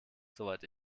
soweit